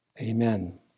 Amen